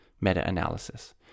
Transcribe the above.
meta-analysis